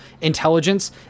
intelligence